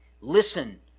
Listen